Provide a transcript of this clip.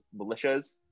militias